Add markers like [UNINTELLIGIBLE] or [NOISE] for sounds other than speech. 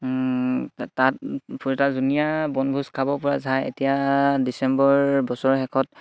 তাত [UNINTELLIGIBLE] দুনিয়া বনভোজ খাব পৰা ঠাই এতিয়া ডিচেম্বৰ বছৰৰ শেষত